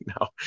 No